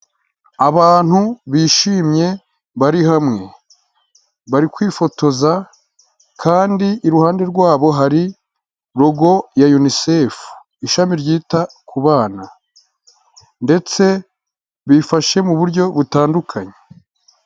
Abantu bishimye bari hamwe, bari kwifotoza kandi iruhande rwabo hari rogo ya yunisefu ishami ryita ku bana ndetse bifashe mu buryo butandukanye.